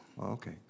Okay